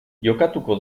jokatuko